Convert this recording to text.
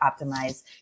optimize